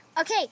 Okay